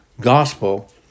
gospel